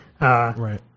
Right